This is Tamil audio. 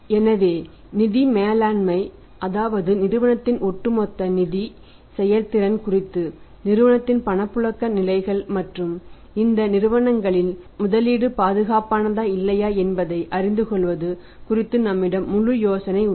எனவே நிதி மேலாண்மை அதாவது நிறுவனத்தின் ஒட்டுமொத்த நிதி செயல்திறன் குறித்து நிறுவனத்தின் பணப்புழக்க நிலைகள் மற்றும் இந்த நிறுவனங்களில் முதலீடு பாதுகாப்பானதா இல்லையா என்பதை அறிந்து கொள்வது குறித்து நம்மிடம் முழு யோசனை உள்ளது